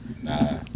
Nah